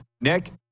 Nick